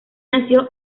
nació